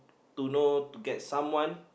to know to get someone